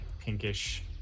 pinkish